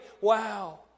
Wow